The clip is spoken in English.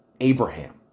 Abraham